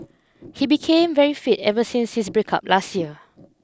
he became very fit ever since his breakup last year